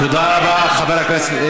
תודה רבה, חבר הכנסת.